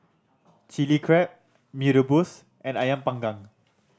Chili Crab Mee Rebus and Ayam Panggang